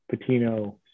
Patino